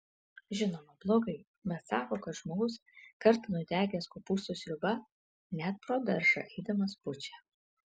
žinoma blogai bet sako kad žmogus kartą nudegęs kopūstų sriuba net pro daržą eidamas pučia